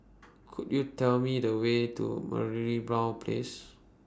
Could YOU Tell Me The Way to Merlimau Place